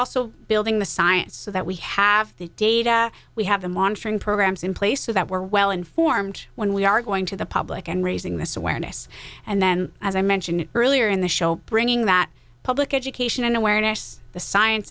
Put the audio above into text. also building the science so that we have the data we have the monitoring programs in place so that we're well informed when we are going to the public and raising this awareness and then as i mentioned earlier in the show bringing that public education and awareness the science